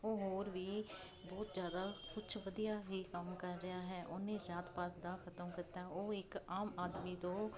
ਉਹ ਹੋਰ ਵੀ ਬਹੁਤ ਜ਼ਿਆਦਾ ਕੁਛ ਵਧੀਆ ਹੀ ਕੰਮ ਕਰ ਰਿਹਾ ਹੈ ਉਹਨੇ ਜਾਤ ਪਾਤ ਦਾ ਖਤਮ ਕੀਤਾ ਉਹ ਇੱਕ ਆਮ ਆਦਮੀ ਤੋਂ